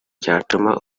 cyatuma